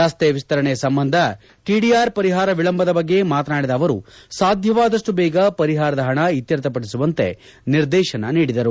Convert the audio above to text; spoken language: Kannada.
ರನ್ತೆ ವಿಸ್ತರಣೆ ಸಂಬಂಧ ಟಿಡಿಆರ್ ಪರಿಹಾರ ವಿಳಂಬದ ಬಗ್ಗೆ ಮಾತನಾಡಿದ ಅವರು ಸಾಧ್ಯವಾದಷ್ಟು ಬೇಗ ಪರಿಹಾರದ ಪಣ ಇತ್ವರ್ಥ ಪಡಿಸುವಂತೆ ನಿರ್ದೇಶನ ನೀಡಿದರು